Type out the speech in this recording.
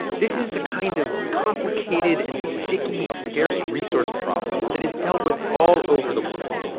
this is the kind of complicated and sticky scarce resource problem that is dealt with all over the world.